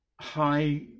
high